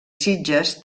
sitges